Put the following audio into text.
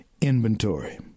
inventory